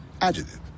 Adjective